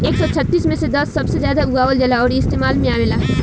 एक सौ छत्तीस मे से दस सबसे जादा उगावल जाला अउरी इस्तेमाल मे आवेला